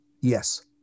Yes